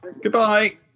Goodbye